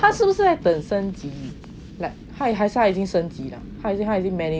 他是不是在等升级 like 还是他已经升级了他他已经 managing